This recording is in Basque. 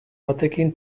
batekin